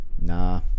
Nah